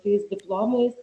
tais diplomais